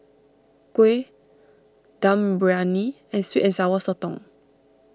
Kuih Dum Briyani and Sweet and Sour Sotong